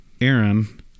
Aaron